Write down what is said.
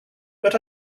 but